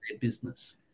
business